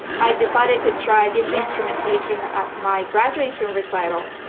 i decided to try this instrumentation at my graduation recital.